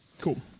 Cool